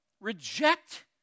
reject